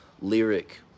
lyric